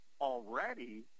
already